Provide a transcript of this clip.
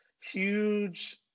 huge